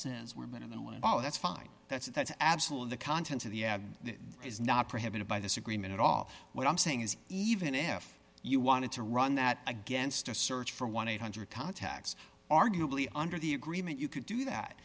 since we're better than one and all that's fine that's that's absolutely the content of the ad is not prohibited by this agreement at all what i'm saying is even if you wanted to run that against a search for one thousand eight hundred contacts arguably under the agreement you could do that